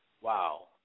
wow